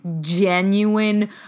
genuine